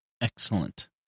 Excellent